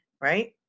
right